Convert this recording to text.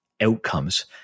outcomes